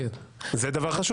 זה דבר חשוב.